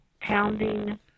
pounding